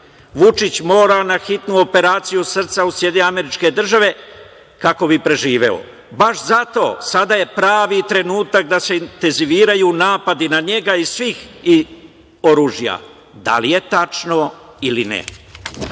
Vučić mora na hitnu operaciju srca u SAD kako bi preživeo? Baš zato sada je pravi trenutak da se intenziviraju napadi na njega iz svih oružja. Da li je tačno ili ne? Da